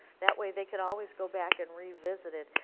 that way they can always go back and revisit it.